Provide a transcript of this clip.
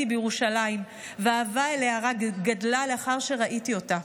בירושלים והאהבה אליה רק גדלה לאחר שראיתי אותה.